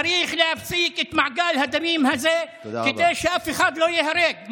צריך להפסיק את מעגל הדמים הזה כדי שאף אחד לא ייהרג.